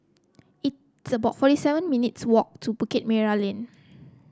it's about forty seven minutes' walk to Bukit Merah Lane